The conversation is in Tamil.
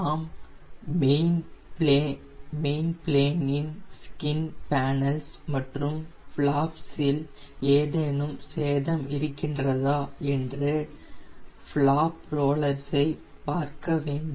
நாம் மெயின் பிளேனின் ஸ்கின் பானெல்ஸ் மற்றும் ஃபிலாப்சில் ஏதேனும் சேதம் இருக்கின்றதா என்று பிளாப் ரோலர்ஸ் ஐ பார்க்க வேண்டும்